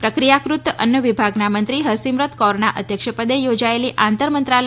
પ્રક્રિયાકૃત અન્ન વિભાગના મંત્રી હરસીમતર કૌરના અધ્યક્ષપદે યોજાયેલી આંતર મંત્રાલ